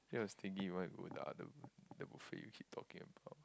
then I was thinking you might go the other room the buffet we keep talking about